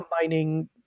combining